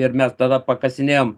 ir mes tada pakasinėjom